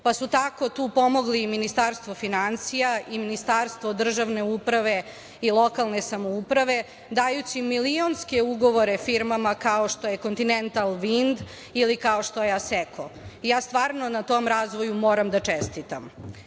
pa su tako tu pomogli i Ministarstvo finansija i Ministarstvo državne uprave i lokalne samouprave, dajući milionske ugovore firmama kao što je „ Kontinental vind“ ili kao što je „Aseko“. Ja stvarno na tom razvoju moram da čestitam. Još